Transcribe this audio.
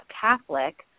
Catholic